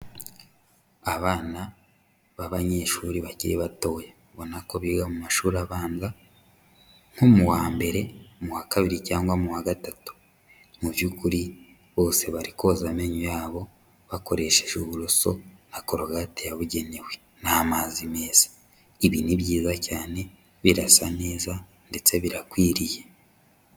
Abana b'abanyeshuri bakiri batoya, ubona ko biga mu mashuri abanza, nko mu wa mbere, mu wa kabiri cyangwa mu wa gatatu. Mu by'ukuri bose bari koza amenyo yabo, bakoresheje uburoso na korogate yabugenewe n'amazi meza. Ibi ni byiza cyane, birasa neza ndetse birakwiriye.